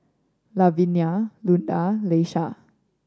Lavinia Luna Leisha